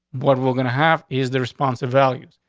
what we're gonna have is the response of values.